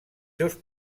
seus